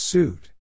Suit